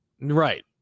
Right